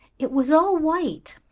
it was all white.